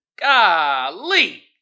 golly